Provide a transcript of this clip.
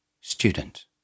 Student